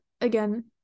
again